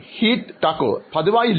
അഭിമുഖം സ്വീകരിക്കുന്നയാൾ പതിവായി ഇല്ല